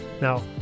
Now